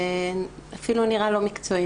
ואפילו נראה לא מקצועי,